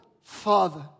Father